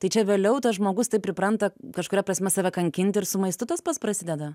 tai čia vėliau tas žmogus taip pripranta kažkuria prasme save kankinti ir su maistu tas pats prasideda